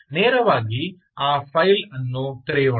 ನೇರವಾಗಿ ಆ ಫೈಲ್ ಅನ್ನು ತೆರೆಯೋಣ